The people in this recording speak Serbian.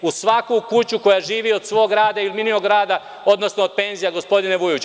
U svaku kuću koja živi od svog rada i od minulog rada, odnosno od penzija gospodine Vujoviću.